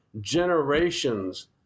generations